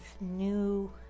new